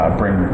bring